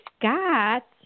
Scott